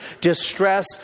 distress